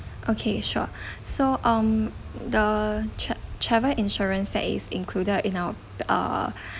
okay sure so um the tra~ travel insurance that is included in our err